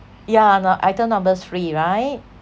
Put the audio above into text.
yeah nu~ item number three right